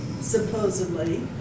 supposedly